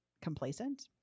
complacent